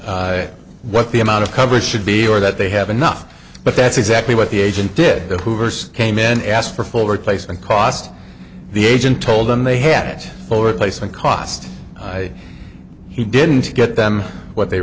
that what the amount of coverage should be or that they have enough but that's exactly what the agent did who first came in and asked for full replacement cost the agent told them they had over the place and cost i he didn't get them what they